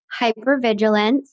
hypervigilance